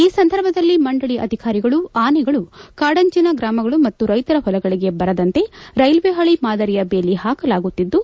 ಈ ಸಂದರ್ಭದಲ್ಲ ಮಂಡಳಯ ಅಭಿಕಾಲಿಗಳು ಆನೆಗಳು ಕಾಡಂಚನ ಗ್ರಾಮ ಮತ್ತು ರೈತರ ಹೊಲಗಳಗೆ ಬರದಂತೆ ರೈಲ್ವೆ ಹಳ ಮಾದಲಿಯ ಬೇಲ ಹಾಕಲಾಗುತ್ತಿದ್ದು